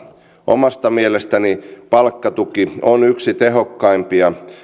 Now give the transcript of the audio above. omasta mielestäni palkkatuki on yksi tehokkaimpia